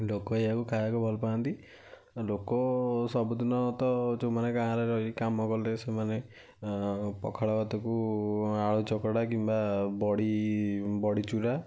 ଲୋକ ଏହାକୁ ଖାଇବାକୁ ଭଲ ପାଆନ୍ତି ଲୋକ ସବୁଦିନ ତ ଯେଉଁମାନେ ଗାଁରେ ରହି କାମ କଲେ ସେମାନେ ପଖାଳ ଭାତକୁ ଆଳୁ ଚକଟା କିମ୍ବା ବଡ଼ି ବଡ଼ି ଚୁରା